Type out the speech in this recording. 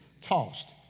tossed